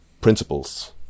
principles